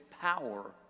power